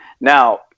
Now